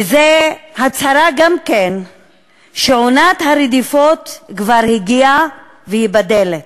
וזאת הצהרה גם כן שעונת הרדיפות כבר הגיעה והיא בדלת.